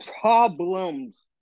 problems